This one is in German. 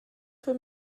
für